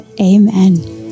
Amen